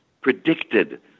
predicted